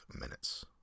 minutes